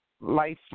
life